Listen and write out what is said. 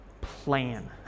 plan